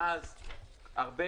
מאז להרבה